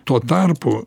tuo tarpu